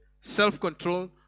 self-control